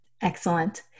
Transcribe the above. Excellent